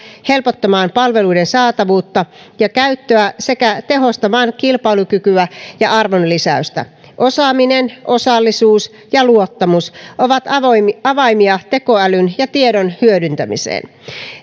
helpottamaan palveluiden saatavuutta ja käyttöä sekä tehostamaan kilpailukykyä ja arvonlisäystä osaaminen osallisuus ja luottamus ovat avaimia avaimia tekoälyn ja tiedon hyödyntämiseen